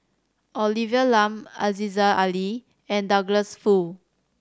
Olivia Lum Aziza Ali and Douglas Foo